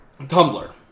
Tumblr